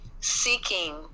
seeking